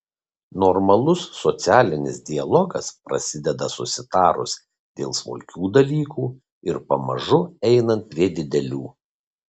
normalus socialinis dialogas prasideda susitarus dėl smulkių dalykų ir pamažu einant prie didelių